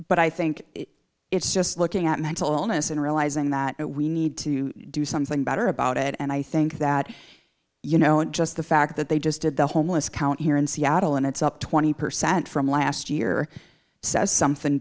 but i think it's just looking at mental illness and realizing that we need to do something better about it and i think that you know and just the fact that they just did the homeless count here in seattle and it's up twenty percent from last year says something